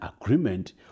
agreement